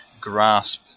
grasp